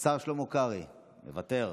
השר שלמה קרעי, מוותר.